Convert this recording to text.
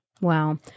Wow